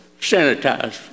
sanitized